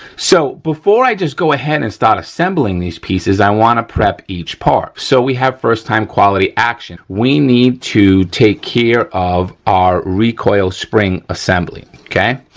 so, before i just go ahead and start assembling these pieces, i wanna prep each part so we have first time quality action. we need to take care of our recoil spring assembly, okay?